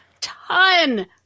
ton